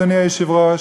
אדוני היושב-ראש,